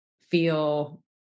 feel